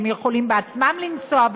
הם יכולים בעצמם לנסוע,